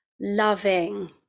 loving